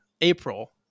April